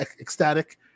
ecstatic